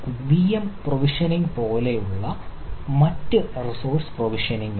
VM provisioning പോലുള്ള മറ്റ് resource provisioning ഉണ്ട്